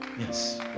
yes